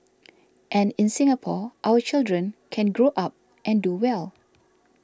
and in Singapore our children can grow up and do well